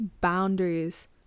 boundaries